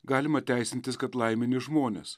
galima teisintis kad laimini žmones